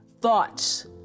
thoughts